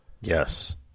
Yes